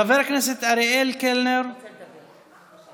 חבר הכנסת אריאל קלנר, בבקשה.